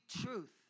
truth